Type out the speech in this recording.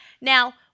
now